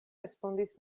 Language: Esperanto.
respondis